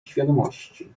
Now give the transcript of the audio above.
świadomości